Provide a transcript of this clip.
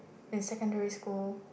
in secondary school